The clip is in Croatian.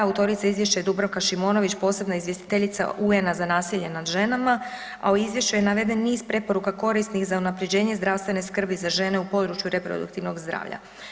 Autorica Izvješća je Dubravka Šimonović, posebna izvjestiteljica UN-a za nasilje nad ženama, a u Izvješću je naveden niz preporuka korisnih za unaprjeđenje zdravstvene skrbi za žene u području reproduktivnog zdravlja.